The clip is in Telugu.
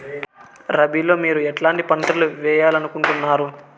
రబిలో మీరు ఎట్లాంటి పంటలు వేయాలి అనుకుంటున్నారు?